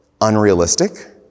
unrealistic